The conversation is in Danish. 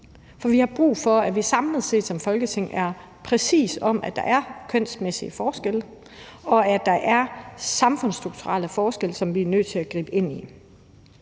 for vi har brug for, at vi samlet set som Folketing er præcise omkring, at der er kønsmæssige forskelle, og at der er samfundsstrukturelle forskelle, som vi er nødt til at gribe ind